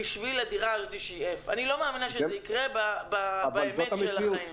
בשביל הדירה שהיא F. אני לא מאמינה שזה יקרה באמת של החיים.